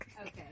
Okay